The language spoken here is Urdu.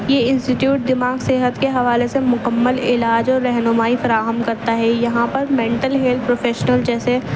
یہ انسٹیٹیوٹ دماغ صحت کے حوالے سے مکمل علاج اور رہنمائی فراہم کرتا ہے یہاں پر جیسے